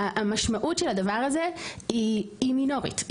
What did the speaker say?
המשמעות של הדבר הזה היא מינורית,